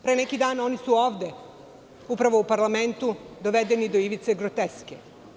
Pre neki dan oni su ovde upravo u parlamentu dovedeni do ivice groteske.